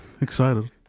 excited